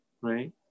right